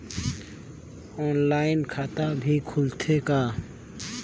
Online खाता भी खुलथे का?